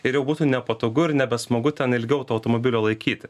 ir jau būtų nepatogu ir nebesmagu ten ilgiau to automobilio laikyti